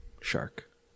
shark